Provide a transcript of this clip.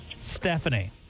Stephanie